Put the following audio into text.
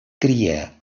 cria